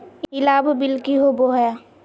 ई लाभ बिल की होबो हैं?